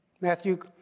Matthew